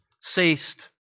ceased